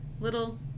little